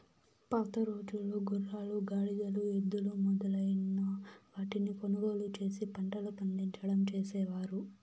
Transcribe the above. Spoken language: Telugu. పాతరోజుల్లో గుర్రాలు, గాడిదలు, ఎద్దులు మొదలైన వాటిని కొనుగోలు చేసి పంటలు పండించడం చేసేవారు